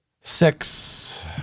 Six